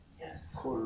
Yes